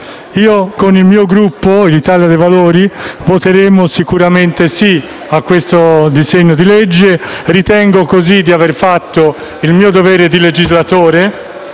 Con il mio Gruppo Italia dei Valori voteremo sicuramente di sì a questo disegno di legge e ritengo così di aver fatto il mio dovere di legislatore.